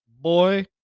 Boy